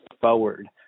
forward